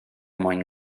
mwyn